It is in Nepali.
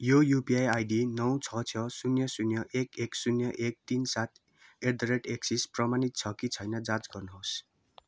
यो युपिआई आइडी नौ छ छ शून्य शून्य एक एक शून्य एक तिन सात एट द रेट एक्सिस प्रमाणित छ कि छैन जाँच गर्नुहोस्